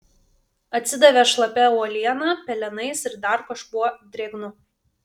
atsidavė šlapia uoliena pelenais ir dar kažkuo drėgnu